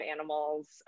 animals